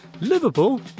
Liverpool